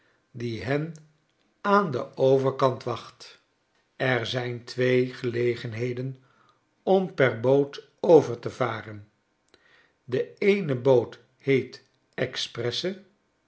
die hen aan den overkant wacht er zijn twee gelegenheden om per boot over te varen de eene boot heet expresse